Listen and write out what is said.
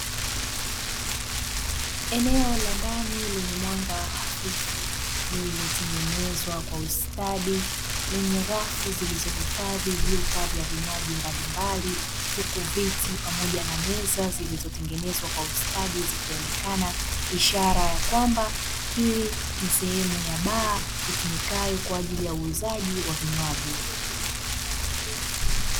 Eneo la ndani lenye mwanga hafifu; lililotengenezwa kwa ustadi lenye rafu zilizohifadhi vyumba vya vinywaji mbalimbali, huku viti pamoja na meza zilizotengenezwa kwa ustadi zikionekana ishara yakwamba hii ni sehemu ya baa itumikayo kwaajili ya uuzaji wa vinywaji.